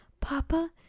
Papa